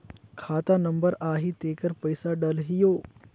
खाता नंबर आही तेकर पइसा डलहीओ?